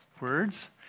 words